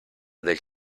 del